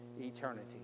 eternity